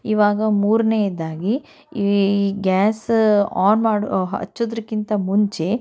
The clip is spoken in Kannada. ಈವಾಗ ಮೂರನೆಯದಾಗಿ ಈ ಗ್ಯಾಸ್ ಆನ್ ಮಾಡು ಹಚ್ಚುದ್ರಕ್ಕಿಂತ ಮುಂಚೆ